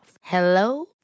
Hello